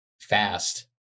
fast